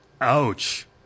Ouch